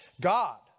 God